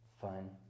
fun